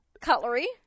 Cutlery